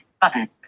button